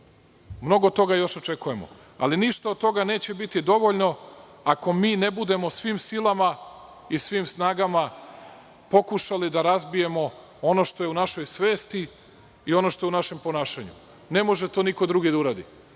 Mnogo toga još očekujemo. Ali ništa od toga neće biti dovoljno ako mi ne budemo svim silama i svim snagama pokušali da razbijemo ono što je u našoj svesti i ono što je u našem ponašanju. Ne može to niko drugi da